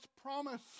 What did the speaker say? promise